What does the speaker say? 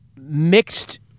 mixed